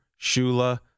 Shula